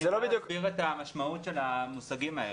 אני תיכף אסביר את המשמעות של המושגים האלה.